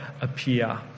appear